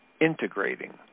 integrating